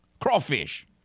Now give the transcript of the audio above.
Crawfish